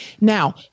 Now